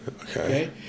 Okay